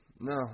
no